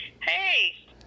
Hey